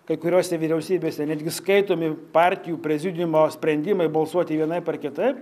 kai kuriose vyriausybėse netgi skaitomi partijų prezidiumo sprendimai balsuoti vienaip ar kitaip